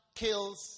kills